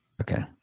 Okay